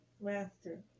Master